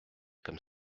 comme